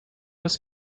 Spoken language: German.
das